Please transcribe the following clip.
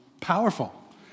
Powerful